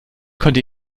konnte